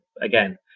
again